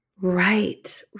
Right